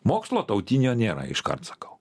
mokslo tautinio nėra iškart sakau